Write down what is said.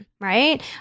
right